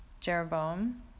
Jeroboam